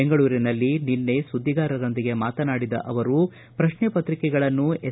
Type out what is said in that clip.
ಬೆಂಗಳೂರಿನಲ್ಲಿ ನಿನ್ನೆ ಸುದ್ದಿಗಾರರೊಂದಿಗೆ ಮಾತನಾಡಿದ ಅವರು ಪ್ರಶ್ನೆಪತ್ರಿಕೆಗಳನ್ನು ಎಸ್